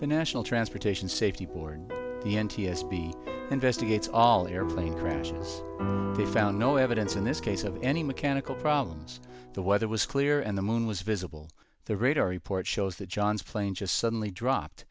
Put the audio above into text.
the national transportation safety board the n t s b investigates all airplanes found no evidence in this case of any mechanical problems the weather was clear and the moon was visible the radar report shows that john's plane just suddenly dropped